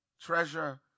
treasure